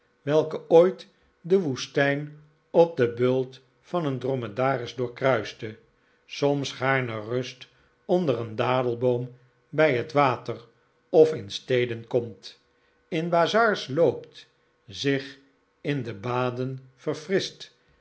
welke ooit de woestijn op den bult van een dromedaris doorkruiste soms gaarne rust onder een dadelboom bij het water of in steden komt in bazaars loopt zich in de baden verfrischt